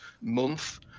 month